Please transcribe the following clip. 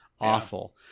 awful